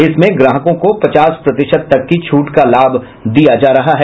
इसमें ग्राहकों को पचास प्रतिशत तक की छूट का लाभ दिया जा रहा है